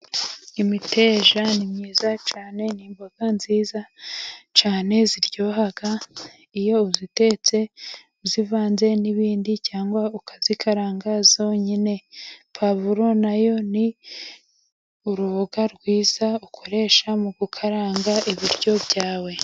Imiteja ni myiza cyane, ni imboga nziza cyane ziryoha, iyo uzitetse uzivanze n'ibindi cyangwa ukazikaranga zonyine, puwavuro na yo ni urubuga rwiza ukoresha mu gukaranga ibiryo byawe.